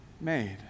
made